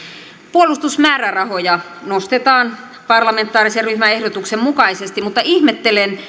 puolustusmäärärahoja nostetaan parlamentaarisen ryhmän ehdotuksen mukaisesti mutta ihmettelen